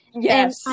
Yes